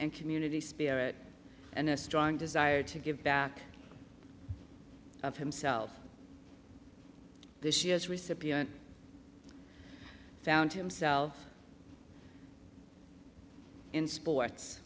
and community spirit and a strong desire to give back of himself this year's recipient found himself in sports